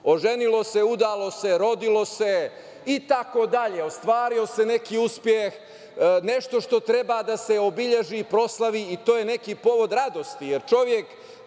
oženilo se, udalo se, rodilo se itd. Ostvario se neki uspeh, nešto što treba da se obeleži, proslavi i to je neki povod radosti,